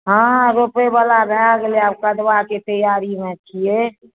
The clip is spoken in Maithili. हँ रोपैवला भए गेलैआब कदवाके तैआरीमे छियै